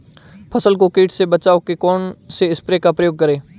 फसल को कीट से बचाव के कौनसे स्प्रे का प्रयोग करें?